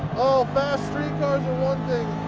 oh, fast street cars are one thing.